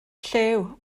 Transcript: llew